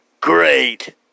great